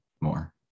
more